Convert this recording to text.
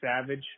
savage